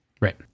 Right